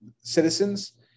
citizens